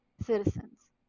citizens